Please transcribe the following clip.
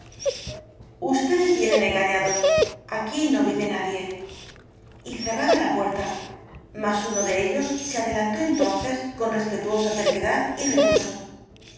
ustedes vienen engañados aquí no vive nadie y cerraba la puerta mas uno de ellos se adelantó entonces con respetuosa terquedad y repuso